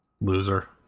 Loser